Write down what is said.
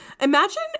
imagine